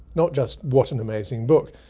not just what an amazing book,